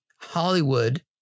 Hollywood